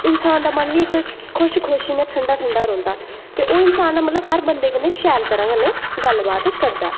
इंसान दा मन बी खुश खुश इयां ठंडा ठंडा रौंह्दा ते ओह् इंसान मतलव हर बंदे कन्नै मतलव शैल तरांह् कन्नै गल्ल बात करदा ऐ